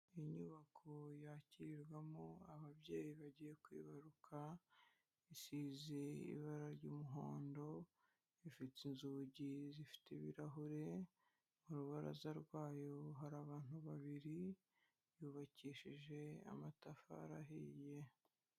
Iyi nyubako yakirwamo ababyeyi bagiye kwibaruka, isize ibara ry'umuhondo, ifite inzugi zifite ibirahure mu rubaraza rwayo hari abantu babiri yubakishije amatafari ahiye.